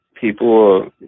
People